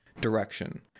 direction